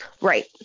right